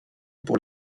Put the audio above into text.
pour